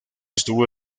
estuvo